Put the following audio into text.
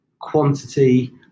quantity